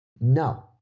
No